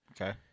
Okay